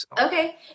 Okay